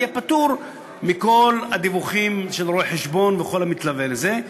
והוא יהיה פטור מכל הדיווחים של רואה-חשבון וכל המתלווה לזה.